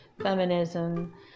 feminism